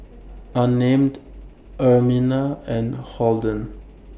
Unnamed Ermina and Holden